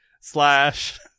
slash